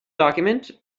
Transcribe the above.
document